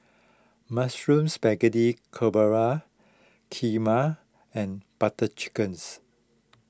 Mushroom Spaghetti Carbonara Kheema and Butter Chickens